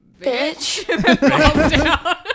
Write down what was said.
bitch